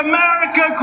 America